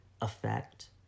effect